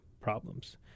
problems